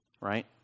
Right